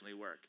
work